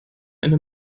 eine